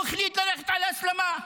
הוא החליט ללכת על הסלמה.